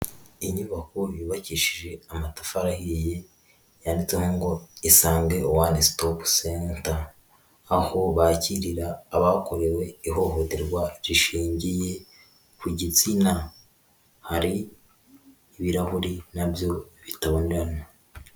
Inyubako yubakishije amatafari ahiye yanditseho ngo isange one stop center, aho bakirira abakorewe ihohoterwa rishingiye ku gitsina, hari ibirahuri nabyo bitabonerana.